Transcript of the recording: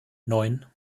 neun